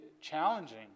challenging